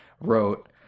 wrote